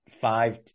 five